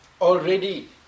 already